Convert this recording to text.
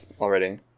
already